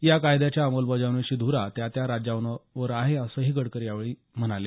या कायद्याच्या अंमलबजावणीची धुरा त्या त्या राज्यांवर आहे असंही गडकरी यांनी यावेळी नमुद केलं